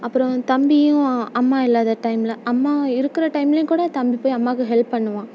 அப்புறம் தம்பியும் அம்மா இல்லாத டைமில் அம்மா இருக்கிற டைம்லேயும் கூட தம்பி போய் அம்மாவுக்கு ஹெல்ப் பண்ணுவான்